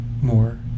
more